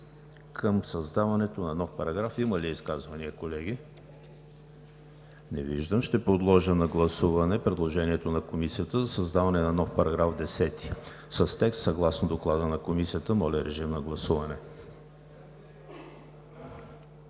към създаването на нов параграф. Има ли изказвания, колеги? Не виждам. Ще подложа на гласуване предложението на Комисията за създаване на нов § 10 с текст, съгласно Доклада на Комисията. Моля, гласувайте.